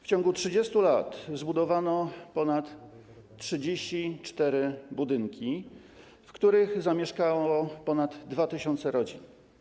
W ciągu 30 lat zbudowano ponad 34 budynki, w których zamieszkało ponad 2 tys. rodzin.